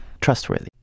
trustworthy